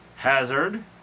Hazard